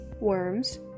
worms